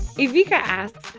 ivica asks,